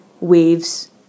waves